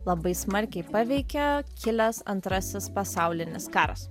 labai smarkiai paveikė kilęs antrasis pasaulinis karas